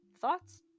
Thoughts